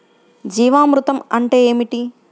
జీవామృతం అంటే ఏమిటి?